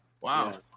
Wow